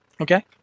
Okay